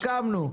הסכמנו.